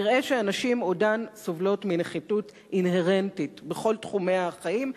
נראה שהנשים עודן סובלות מנחיתות אינהרנטית בכל תחומי החיים.